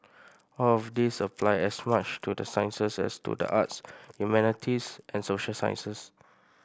all of these apply as much to the sciences as to the arts humanities and social sciences